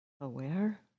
Aware